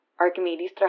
Archimedes